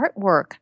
artwork